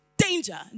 Danger